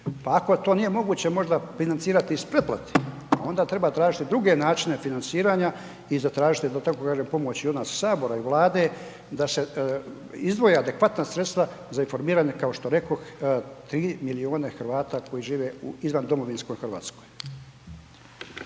pa ako to nije moguće možda financirati iz preplate onda treba tražiti druge načine financiranja i zatražiti da tako kažem pomoć i od nas sabora i Vlade da se izdvoje adekvatna sredstva za informiranje kao što rekoh 3 milijuna Hrvata koji žive u izvan domovinskoj Hrvatskoj.